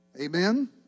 Amen